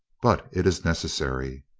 but it is necessary.